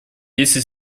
если